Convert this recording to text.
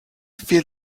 feel